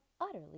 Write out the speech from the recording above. utterly